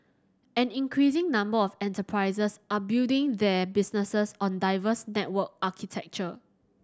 an increasing number of enterprises are building their businesses on diverse network architecture